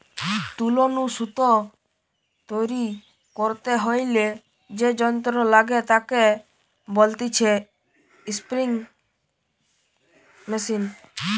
তুলো নু সুতো তৈরী করতে হইলে যে যন্ত্র লাগে তাকে বলতিছে স্পিনিং মেশিন